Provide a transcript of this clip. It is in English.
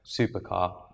supercar